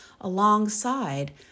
alongside